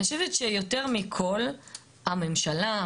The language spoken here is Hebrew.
אני חושבת שיותר מכל הממשלה,